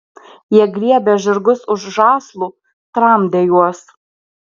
jie griebė žirgus už žąslų tramdė juos